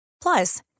Plus